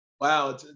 wow